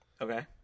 Okay